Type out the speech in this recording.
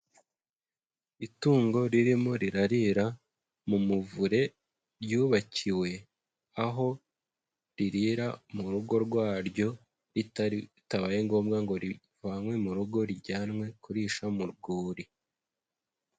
Itungo ririmo rirarira mu muvure ryubakiwe, aho ririra mu rugo rwaryo bitabaye ngombwa ngo rivanywe mu rugo rijyanwe kurisha mu rwuri.